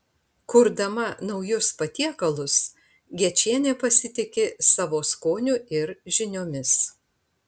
kurdama naujus patiekalus gečienė pasitiki savo skoniu ir žiniomis